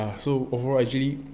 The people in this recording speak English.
so actually